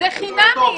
זה חינמי.